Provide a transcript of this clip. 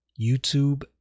YouTube